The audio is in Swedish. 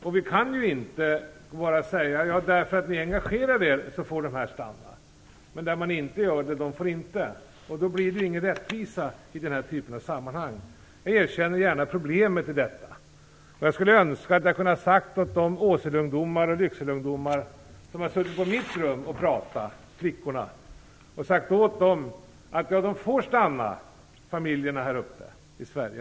Vi kan inte bara säga: Tack vare att ni engagerade er får dessa människor stanna. Dem som ni inte engagerar er i får inte stanna. I så fall skulle det inte finnas någon rättvisa i dessa sammanhang. Jag erkänner gärna problemet. Jag önskar att jag till de Åsele och Lyckseleungdomar som har suttit i mitt rum och pratat kunde ha sagt att dessa familjer får stanna i Sverige.